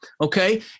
Okay